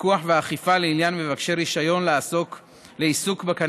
לפיקוח ואכיפה לעניין מבקשי רישיון לעיסוק בקנבוס.